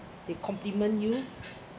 they compliment you